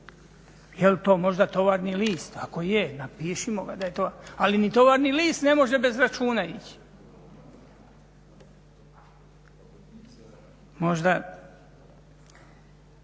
Jel to možda tovarni list, ako je napišimo ga, ali ni tovarni list ne može bez računa ići. Možda